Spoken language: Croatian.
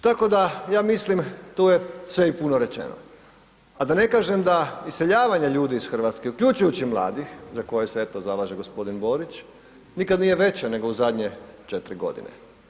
Tako da ja mislim tu je sve i puno rečeno, a da ne kažem da iseljavanje ljudi iz Hrvatske uključujući mladih, za koje se eto zalaže gospodin Borić nikad nije veće nego u zadnje 4 godine.